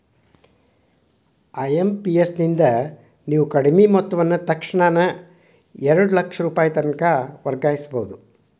IMPS ಅನ್ನು ನೇವು ಕಡಿಮಿ ಮೊತ್ತವನ್ನ ತಕ್ಷಣಾನ ಎರಡು ಲಕ್ಷ ರೂಪಾಯಿತನಕ ವರ್ಗಾಯಿಸ್ಬಹುದು